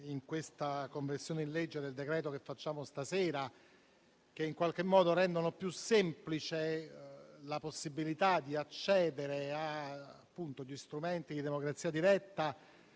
in questa conversione in legge del decreto-legge, che in qualche modo rendono più semplice la possibilità di accedere agli strumenti di democrazia diretta,